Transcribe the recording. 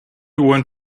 went